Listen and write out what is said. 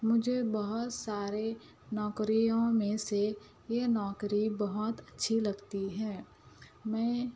مجھے بہت سارے نوکریوں میں سے یہ نوکری بہت اچھی لگتی ہے میں